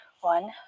one